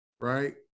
Right